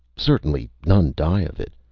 certainly none die of it!